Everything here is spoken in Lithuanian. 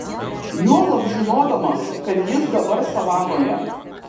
juolab žinodamas kad jis dabar savanoje